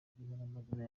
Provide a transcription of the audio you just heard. n’amazina